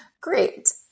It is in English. Great